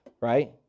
right